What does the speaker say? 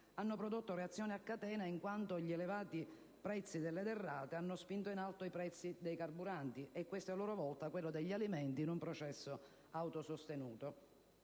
hanno prodotto reazioni a catena in quanto gli elevati prezzi delle derrate hanno spinto in alto i prezzi dei carburanti e questi, a loro volta, quelli degli alimenti, in un processo autosostenuto.